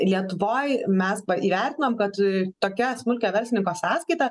lietuvoj mes įvertinom kad tokia smulkiojo verslininko sąskaita